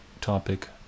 topic